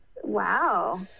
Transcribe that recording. Wow